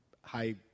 high